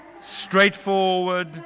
straightforward